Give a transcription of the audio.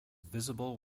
visible